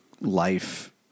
life